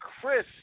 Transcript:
Chris